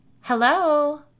Hello